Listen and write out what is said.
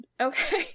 okay